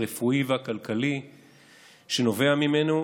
הרפואי והכלכלי שנובע ממנו,